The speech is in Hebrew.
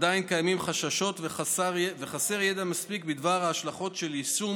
עדיין קיימים חששות וחסר ידע מספיק בדבר ההשלכות של יישום